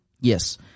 Yes